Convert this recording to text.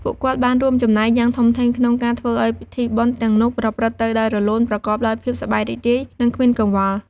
ពួកគាត់បានរួមចំណែកយ៉ាងធំធេងក្នុងការធ្វើឱ្យពិធីបុណ្យទាំងនោះប្រព្រឹត្តទៅដោយរលូន ប្រកបដោយភាពសប្បាយរីករាយ និងគ្មានកង្វល់។